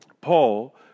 Paul